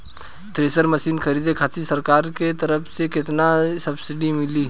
Thresher machine खरीदे खातिर सरकार के तरफ से केतना सब्सीडी मिली?